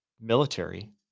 military